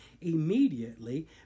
immediately